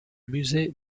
musée